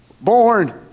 born